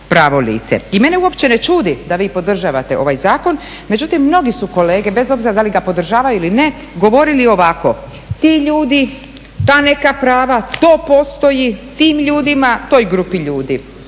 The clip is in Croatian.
I mene uopće ne čudi da vi podržavate ovaj zakon, međutim mnogi su kolege bez obzira da li ga podržavaju ili ne govorili ovako, ti ljudi, ta neka prava, to postoji, tim ljudima, toj grupi ljudi.